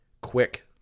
quick